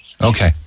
Okay